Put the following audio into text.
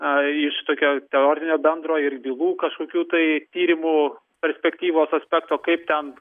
iš tokio tai teorinio bendro ir bylų kažkokių tai tyrimų perspektyvos aspekto kaip ten